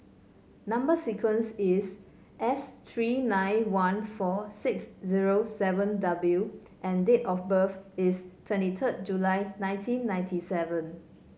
number sequence is S three nine one four six zero seven W and date of birth is twenty third July nineteen ninety seven